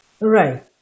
right